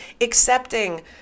Accepting